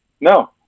No